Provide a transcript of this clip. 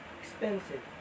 expensive